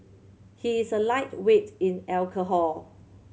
he is a lightweight in alcohol